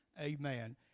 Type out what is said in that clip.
Amen